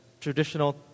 traditional